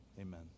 amen